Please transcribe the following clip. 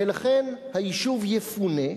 ולכן היישוב יפונה.